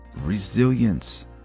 resilience